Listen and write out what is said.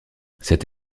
cette